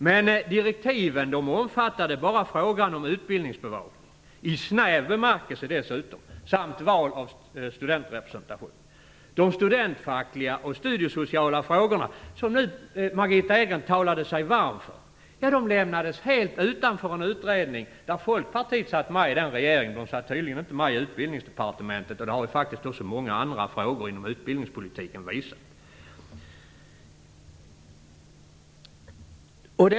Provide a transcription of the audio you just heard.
Men direktiven omfattade bara utbildningsbevakningen, i snäv bemärkelse, samt val av studentrepresentation. De studentfackliga och studiesociala frågorna, som Margitta Edgren talade sig varm för, lämnades helt utanför utredningen. Folkpartiet satt med i den regeringen men satt tydligen inte med i Utbildningsdepartementet. Det har faktiskt även många andra frågor inom utbildningspolitiken visat.